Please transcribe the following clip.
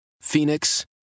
Phoenix